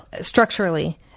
structurally